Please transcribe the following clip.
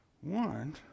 one